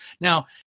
Now